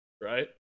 right